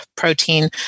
protein